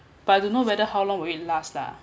but I don't know whether how long will it last lah